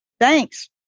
Thanks